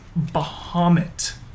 Bahamut